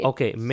Okay